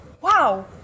wow